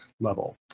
level